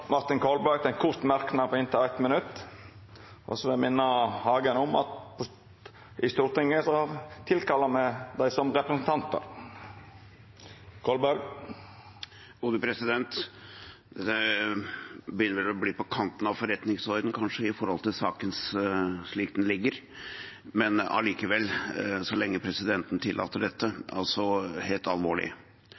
begynner vel å bli på kanten av forretningsordenen, kanskje, i forhold til saken slik den ligger, men allikevel, så lenge presidenten tillater dette.